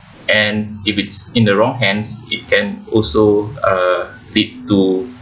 and if it's in the wrong hands it can also uh lead to